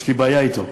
יש לי בעיה אתו.